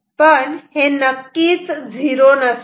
पण हे नक्कीच झिरो नसते